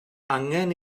angen